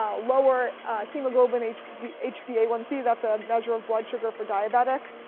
um lower hemoglobin h b h b a one c. that's a measure of blood sugar for diabetics.